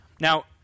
Now